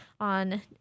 on